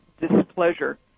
displeasure